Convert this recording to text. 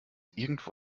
irgendwo